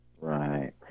Right